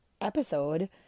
episode